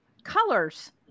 Colors